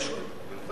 לא, אני שואל.